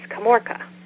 Camorca